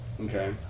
Okay